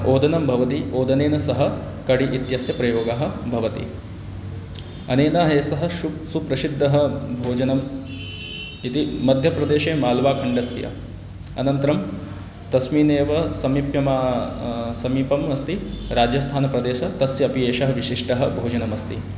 ओदनं भवति ओदनेन सह कडि इत्यस्य प्रयोगः भवति अनेन एषः सूपः सुप्रसिद्धं भोजनम् इति मध्यप्रदेशे माल्वाखण्डस्य अनन्तरं तस्मिन् एव समीपं समीपम् अस्ति राजस्थानप्रदेशः तस्यापि एतत् विशिष्टं भोजनमस्ति